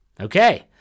okay